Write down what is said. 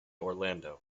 orlando